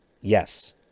yes